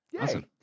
Awesome